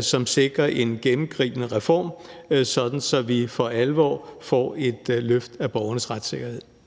som sikrer en gennemgribende reform, så vi for alvor får et løft af borgernes retssikkerhed.